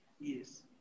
Yes